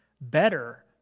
better